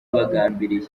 bagambiriye